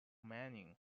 mining